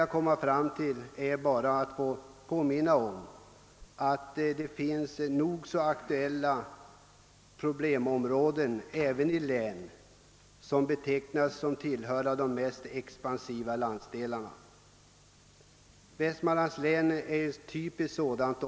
Jag skulle emellertid vilja påminna om att det finns nog så aktuella problemområden även i län som betecknas som tillhörande de mest expansiva landsdelarna. Västmanlands län är ett typiskt sådant.